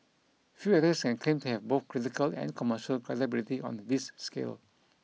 few this can claim to have both critical and commercial credibility on the this scale